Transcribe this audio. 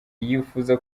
yifuza